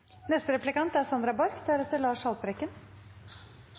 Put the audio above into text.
Neste replikant er